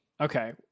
okay